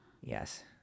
Yes